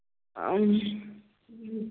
اَہَن حظ اۭں